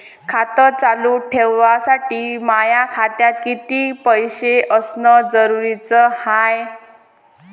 खातं चालू ठेवासाठी माया खात्यात कितीक रुपये असनं जरुरीच हाय?